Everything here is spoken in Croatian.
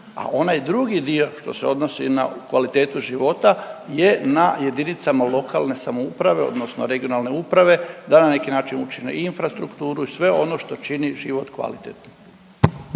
a onaj drugi dio što se odnosi na kvalitetu života je na jedinicama lokalne samouprave, odnosno regionalne uprave da na neki način učine i infrastrukturu i sve ono što čini život kvalitetnim.